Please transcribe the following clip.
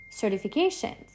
certifications